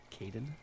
Caden